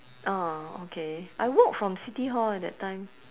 orh okay I walk from city hall eh that time